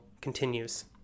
continues